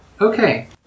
Okay